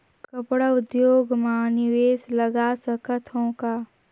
कपड़ा उद्योग म निवेश लगा सकत हो का?